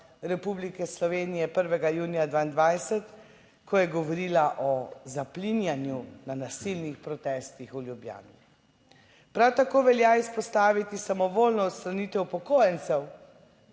Republike Slovenije 1. junija 2022, ko je govorila o zaplinjanju na nasilnih protestih v Ljubljani. Prav tako velja izpostaviti samovoljno odstranitev upokojencev,